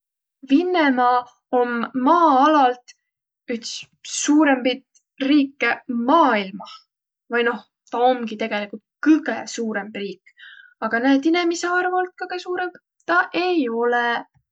Vinnemaa om maaalalt üts suurõmbit riike maailmah, vai noh, ta omgi tegelikult kõge suurõmb riik. Aga näet, inemiisi arvult ta kõgõ suurõmb ei olõq.